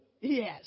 yes